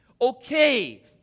Okay